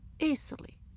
Easily